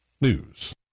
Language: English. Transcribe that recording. News